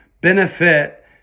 benefit